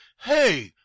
Hey